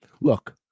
Look